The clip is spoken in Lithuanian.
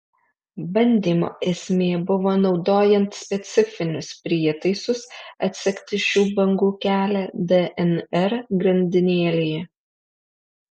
bandymo esmė buvo naudojant specifinius prietaisus atsekti šių bangų kelią dnr grandinėlėje